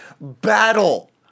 battle